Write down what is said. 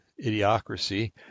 idiocracy